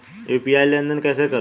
मैं यू.पी.आई लेनदेन कैसे करूँ?